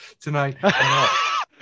tonight